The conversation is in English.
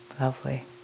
Lovely